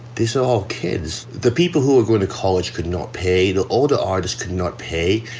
these are all kids. the people who are going to college could not pay. the older artist could not pay